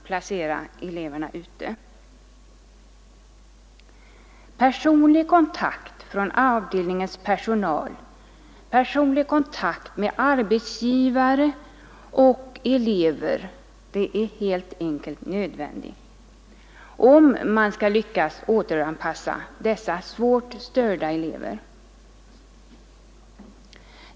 Personlig kontakt mellan avdelningens personal och arbetsgivare och elever är helt enkelt nödvändig, om man skall lyckas återanpassa dessa svårt störda elever.